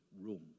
room